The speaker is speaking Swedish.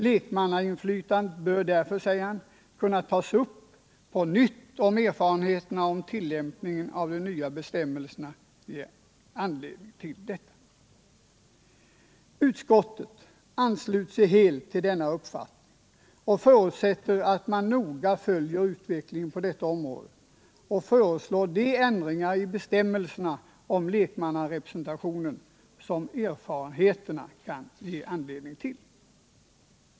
Lekmannainflytandet bör därför, säger han, kunna tas upp på nytt om erfarenhet och tillämpningen av de nya bestämmelserna ger anledning till detta. Utskottet ansluter sig helt till denna uppfattning och förutsätter att man noga följer utvecklingen på detta område, och föreslår de ändringar i bestämmelserna om lekmannarepresentationen som erfarenheterna kan ge anledning till.